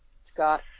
Scott